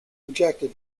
rejected